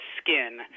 skin